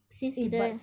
since kita